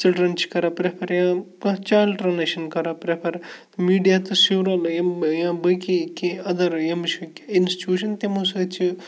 children چھِ کَران prefer یا کانٛہہ چایلڈٕرَنٕے چھِنہٕ کَران پرٛٮ۪فَر میٖڈیا تہٕ سیوٗل یِم یا بٲقی کینٛہہ اَدَر یِم چھِ اِنَسٹِچوٗشَن تِمو سۭتۍ چھِ